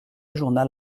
journal